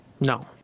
no